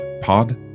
pod